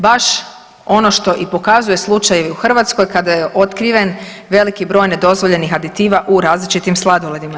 Baš ono što i pokazuje slučaj u Hrvatskoj kada je otkriven veliki broj nedozvoljenih aditiva u različitim sladoledima.